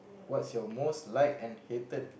what's your most like and hated